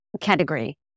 category